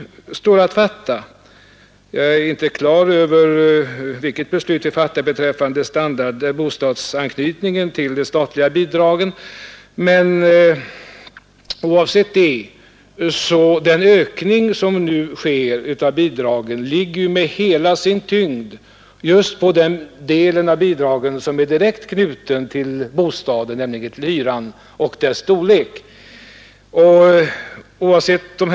Jag är inte klar över vilket beslut vi nu fattar beträffande bostadsanknytningen hos det statliga bidraget, men den ökning som nu sker av bidraget ligger med hela sin tyngd vid den del som är direktanknuten till bostaden och dess storlek, nämligen hyran.